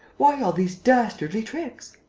why all these dastardly tricks?